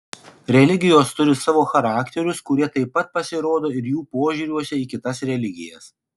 religijos turi savo charakterius kurie taip pat pasirodo ir jų požiūriuose į kitas religijas